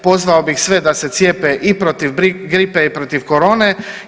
Pozvao bih sve da se cijepe i protiv gripe i protiv korone.